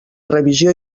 revisió